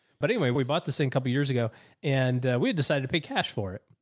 but anyway, we bought the same couple of years ago and we had decided to pay cash for it.